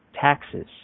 taxes